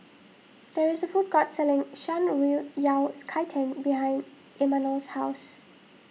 there is a food court selling Shan Rui Yao Cai Tang behind Imanol's house